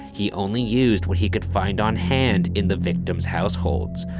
he only used what he could find on hand, in the victim's households.